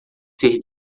ser